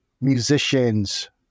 musicians